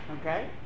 Okay